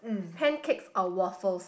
pancakes or waffles